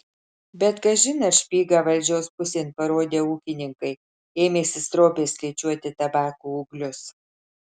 bet kažin ar špygą valdžios pusėn parodę ūkininkai ėmėsi stropiai skaičiuoti tabako ūglius